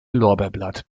lorbeerblatt